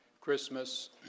Christmas